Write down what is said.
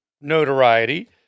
notoriety